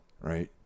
Right